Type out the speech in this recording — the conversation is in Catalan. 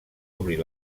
obrir